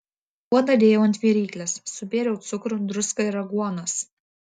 puodą dėjau ant viryklės subėriau cukrų druską ir aguonas